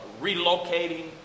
relocating